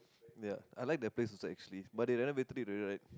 ya I like that place also actually but they renovated it already right